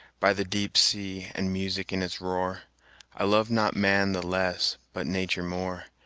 by the deep sea, and music in its roar i love not man the less, but nature more,